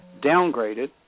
downgraded